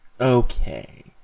Okay